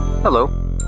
Hello